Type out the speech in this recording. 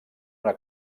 una